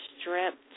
stripped